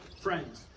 friends